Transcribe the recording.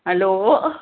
hello